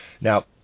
Now